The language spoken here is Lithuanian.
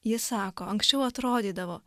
jis sako anksčiau atrodydavo